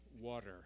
water